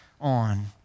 on